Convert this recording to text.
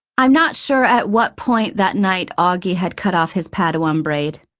i'm not sure at what point that night auggie had cut off his padawan braid,